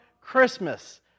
Christmas